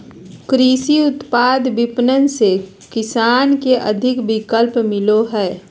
कृषि उत्पाद विपणन से किसान के अधिक विकल्प मिलो हइ